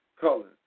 color